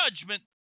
judgment